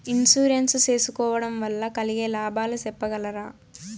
Insurance సేసుకోవడం వల్ల కలిగే లాభాలు సెప్పగలరా?